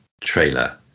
trailer